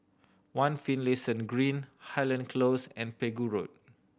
One Finlayson Green Highland Close and Pegu Road